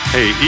Hey